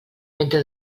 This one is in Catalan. mentre